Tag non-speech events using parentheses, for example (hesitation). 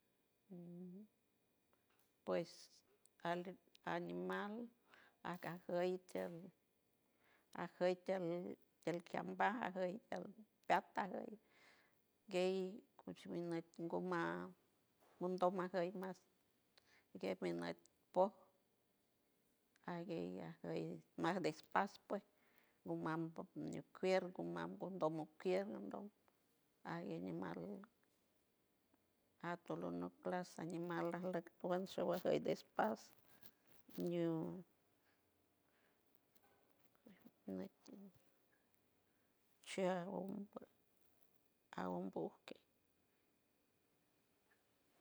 (hesitation) puesh alg animal aicajeirqueirl ajeirkeil dielcambayajel gactangiel guiey gush shuiumangotmail monndonmajey mas guietmiendey poj a guey ajiei mas despacio pues gonmandon ñieyj gunmandongo piermandongo ai ey in marnlond at tolonoclasa ñe malalac ponsho guashayden despacio ñiuun shiee eganbunque aun buque.